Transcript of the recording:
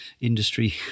industry